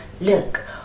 look